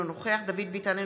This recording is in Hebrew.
אינו נוכח דוד ביטן,